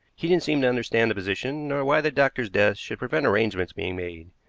he didn't seem to understand the position, nor why the doctor's death should prevent arrangements being made.